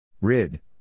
Rid